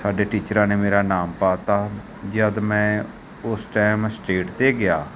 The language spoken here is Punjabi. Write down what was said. ਸਾਡੇ ਟੀਚਰਾਂ ਨੇ ਮੇਰਾ ਨਾਮ ਪਾ ਤਾ ਜਦ ਮੈਂ ਉਸ ਟਾਈਮ ਸਟੇਟ 'ਤੇ ਗਿਆ